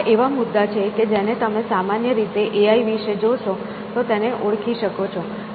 આ એવા મુદ્દા છે કે જેને તમે સામાન્ય રીતે એઆઈ વિશે જોશો તો તેને ઓળખી શકો છો